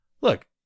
look